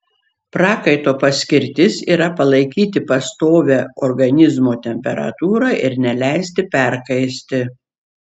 prakaito paskirtis yra palaikyti pastovią organizmo temperatūrą ir neleisti perkaisti